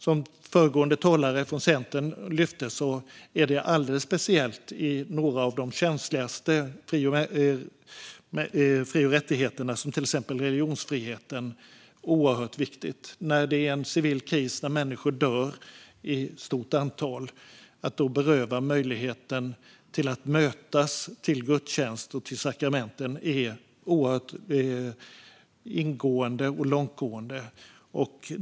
Som den tidigare talaren från Centern lyfte är detta alldeles speciellt viktigt när det gäller några av de känsligaste fri och rättigheterna, till exempel religionsfriheten. Att i en civil kris där människor dör i stort antal beröva folk möjligheten att mötas i gudstjänst och sakrament är ett oerhört långtgående ingrepp.